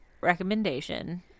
recommendation